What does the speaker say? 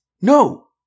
No